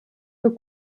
für